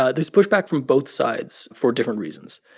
ah there's pushback from both sides for different reasons.